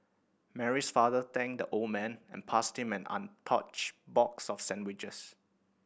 Mary's father thanked the old man and passed him an untouched box of sandwiches